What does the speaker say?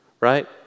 right